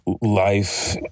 life